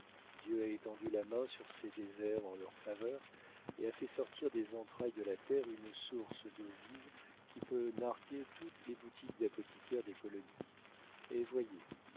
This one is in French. dieu a étendu la main sur ces déserts en leur faveur et a fait sortir des entrailles de la terre une source d'eau vive qui peut narguer toutes les boutiques d'apothicaires des colonies et voyez